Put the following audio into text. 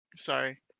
sorry